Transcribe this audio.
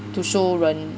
to show 人